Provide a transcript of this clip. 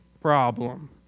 problem